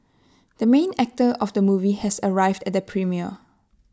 the main actor of the movie has arrived at the premiere